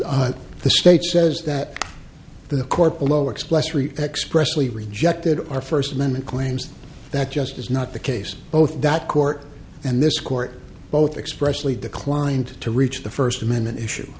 the state says that the court below express reet expressly rejected our first amendment claims that just is not the case both that court and this court both expressly declined to reach the first amendment issue